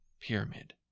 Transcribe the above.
pyramid